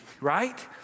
right